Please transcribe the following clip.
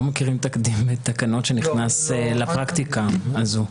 אנחנו לא מכירים תקנות שנכנסות לפרקטיקה הזו.